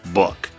book